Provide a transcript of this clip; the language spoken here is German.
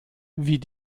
wie